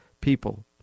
people